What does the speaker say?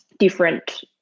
different